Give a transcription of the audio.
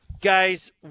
Guys